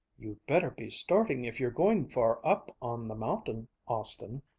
you'd better be starting if you're going far up on the mountain, austin.